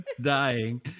dying